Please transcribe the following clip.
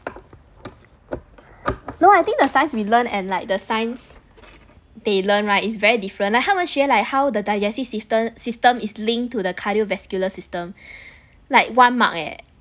no I think we learn and like the science they learn right is very different like 他们学 like how the digestive system system is linked to the cardiovascular system like one mark eh